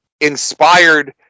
inspired